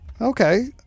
Okay